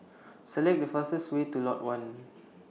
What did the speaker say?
Select The fastest Way to Lot one